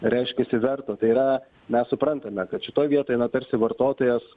reiškiasi verto tai yra mes suprantame kad šitoj vietoj nuo tarsi vartotojas